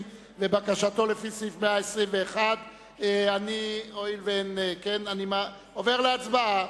ובקשתו לפי סעיף 121. אני עובר להצבעה.